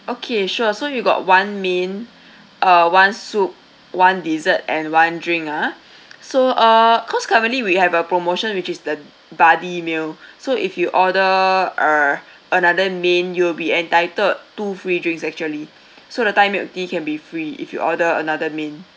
okay sure so you got one main uh one soup one dessert and one drink ah so uh cause currently we have a promotion which is the buddy meal so if you order uh another main you will be entitled two free drinks actually so the thai milk tea can be free if you order another main